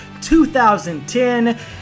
2010